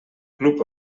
club